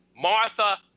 Martha